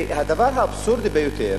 הדבר האבסורדי ביותר